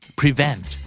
prevent